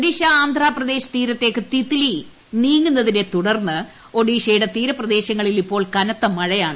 ഒഡീഷ ആന്ധ്രാപ്രദേശ് തീരത്തേക്ക് തിത്ത്ലി നീങ്ങുന്നതിനെ തുടർന്ന് ഒഡീഷയുടെ തീരപ്രദേശങ്ങളിൽ ഇപ്പോൾ കനത്ത മഴയാണ്